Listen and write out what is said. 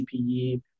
CPE